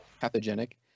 pathogenic